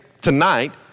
tonight